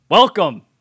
Welcome